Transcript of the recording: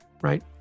right